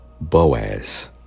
Boaz